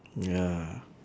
ya